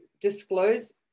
disclose